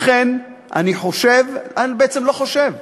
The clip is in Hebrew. לכן, אני חושב, בעצם אני לא חושב,